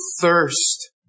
thirst